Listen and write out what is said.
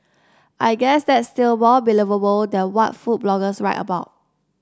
I guess that's still more believable than what food bloggers write about